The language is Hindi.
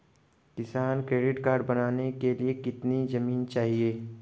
किसान क्रेडिट कार्ड बनाने के लिए कितनी जमीन चाहिए?